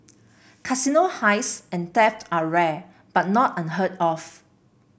casino heists and theft are rare but not unheard of